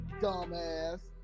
dumbass